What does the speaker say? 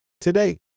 Today